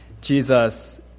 Jesus